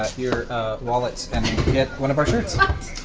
ah your wallets and get one of our shirts.